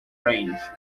range